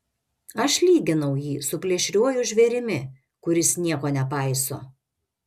aš lyginau jį su plėšriuoju žvėrimi kuris nieko nepaiso